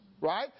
right